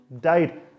died